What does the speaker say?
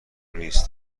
نیست